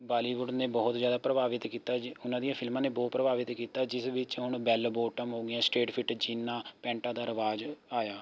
ਬਾਲੀਵੁੱਡ ਨੇ ਬਹੁਤ ਜ਼ਿਆਦਾ ਪ੍ਰਭਾਵਿਤ ਕੀਤਾ ਹੈ ਉਹਨਾਂ ਦੀਆਂ ਫਿਲਮਾਂ ਨੇ ਬਹੁਤ ਪ੍ਰਭਾਵਿਤ ਕੀਤਾ ਹੈ ਜਿਸ ਵਿੱਚ ਹੁਣ ਬੈਲ ਬੋਟਮ ਹੋ ਗਈਆਂ ਸਟੇਟ ਫਿੱਟ ਜੀਨਾਂ ਪੈਂਟਾਂ ਦਾ ਰਿਵਾਜ ਆਇਆ